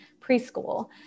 preschool